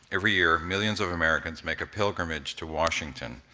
every year millions of americans make a pilgrimage to washington.